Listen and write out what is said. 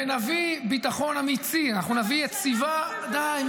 ונביא ביטחון אמיתי --- עוד כמה זמן תימשך המלחמה?